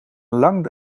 lang